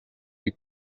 you